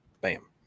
Bam